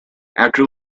after